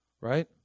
Right